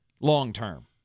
long-term